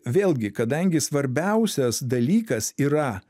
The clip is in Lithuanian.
vėlgi kadangi svarbiausias dalykas yra